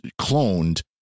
cloned